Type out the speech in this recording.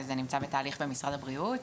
זה נמצא בתהליך במשרד הבריאות.